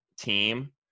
team